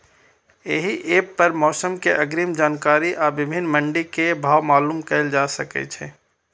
एहि एप पर मौसम के अग्रिम जानकारी आ विभिन्न मंडी के भाव मालूम कैल जा सकै छै